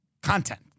content